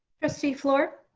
trustee flour.